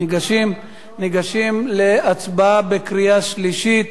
ניגשים להצבעה בקריאה שלישית,